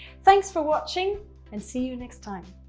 thanks for watching and see you next time.